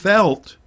felt